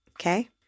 Okay